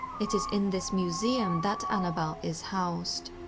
it is in this museum that annabelle is housed.